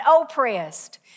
oppressed